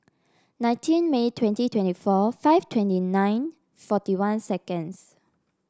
nineteen May twenty twenty four five twenty nine forty one seconds